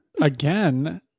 again